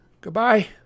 Goodbye